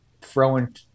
throwing